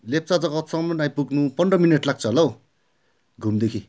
लेप्चा जगत्सम्म आइपुग्नु पन्ध्र मिनट लाग्छ होला हो घुमदेखि